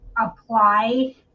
apply